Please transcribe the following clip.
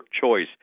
choice